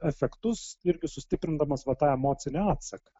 efektus irgi sustiprindamas vat tą emocinį atsaką